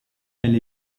elle